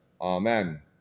Amen